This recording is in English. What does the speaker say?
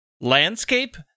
landscape